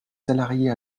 salariés